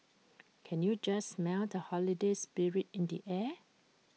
can you just smell the holiday spirit in the air